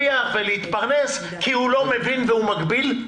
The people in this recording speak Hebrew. להרוויח ולהתפרנס כי הוא לא מבין והוא מגביל?